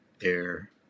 air